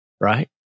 right